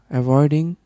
avoiding